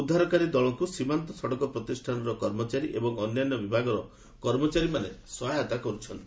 ଉଦ୍ଧାରକାରୀ ଦଳଙ୍କୁ ସୀମାନ୍ତ ସଡ଼କ ପ୍ରତିଷ୍ଠାନର କର୍ମଚାରୀ ଏବଂ ଅନ୍ୟାନ୍ୟ ବିଭାଗର କର୍ମଚାରୀମାନେ ସହାୟତା କରୁଛନ୍ତି